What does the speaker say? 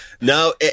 No